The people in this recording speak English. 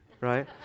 right